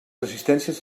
assistències